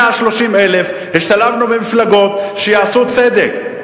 130,000, השתלבנו במפלגות, שיעשו צדק.